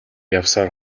явсаар